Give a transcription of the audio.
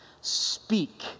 Speak